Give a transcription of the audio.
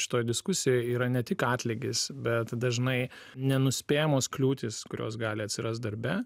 šitoj diskusijoj yra ne tik atlygis bet dažnai nenuspėjamos kliūtys kurios gali atsirast darbe